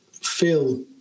feel